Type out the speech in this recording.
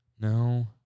No